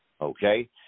okay